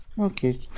Okay